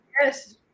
yes